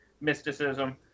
mysticism